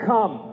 Come